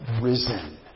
risen